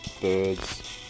birds